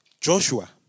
Joshua